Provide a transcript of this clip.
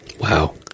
Wow